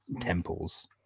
temples